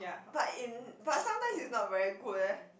but in but sometimes is not very good eh